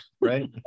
right